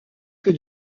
que